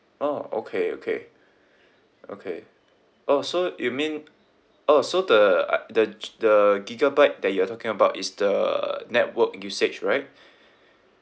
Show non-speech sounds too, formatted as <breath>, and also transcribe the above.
orh okay okay okay oh so you mean oh so the uh the G the gigabyte that you are talking about is the network usage right <breath>